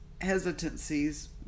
hesitancies